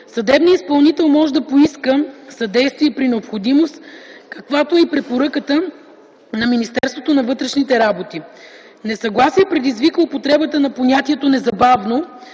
съдебният изпълнител може да поиска съдействие при необходимост, каквато е и препоръката на Министерството на вътрешните работи. - Несъгласие предизвиква употребата на понятието „незабавно”,